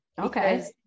Okay